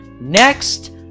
next